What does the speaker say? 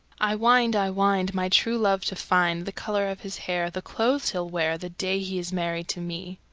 i wind, i wind, my true love to find, the color of his hair, the clothes he'll wear, the day he is married to me.